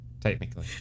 technically